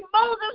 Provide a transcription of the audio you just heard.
Moses